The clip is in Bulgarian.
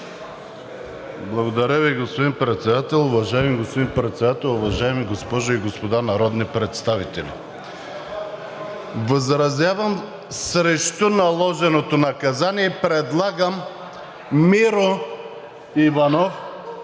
Уважаеми господин Председател, уважаеми госпожи и господа народни представители! Възразявам срещу наложеното наказание и предлагам Миро Иванов